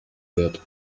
wird